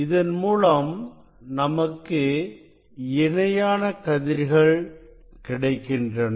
இதன் மூலம் நமக்கு இணையான கதிர்கள் கிடைக்கின்றன